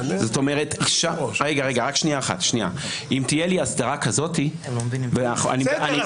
אם תהיה לי הסדרה כזאת --- בסדר,